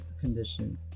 condition